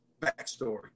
backstory